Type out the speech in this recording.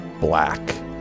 black